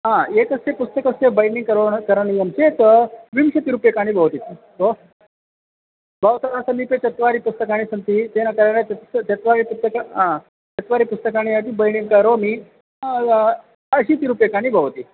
आ एतस्य पुस्तकस्य बैण्डिङ्ग् करोति करणीयं चेत् विंशतिरूप्यकाणि भवति भो भवतः समीपे चत्वारि पुस्तकानि सन्ति तेन कारणेन त् चत्वारि पुस्तकानि आ चत्वारि पुस्तकानि अपि बैण्डिङ्ग् करोमि अशीतिरूप्यकाणि भवति